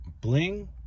Bling